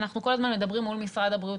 אנחנו כל הזמן מדברים מול משרד הבריאות,